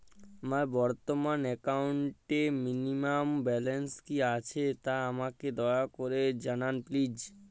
আমার বর্তমান একাউন্টে মিনিমাম ব্যালেন্স কী আছে তা আমাকে দয়া করে জানান প্লিজ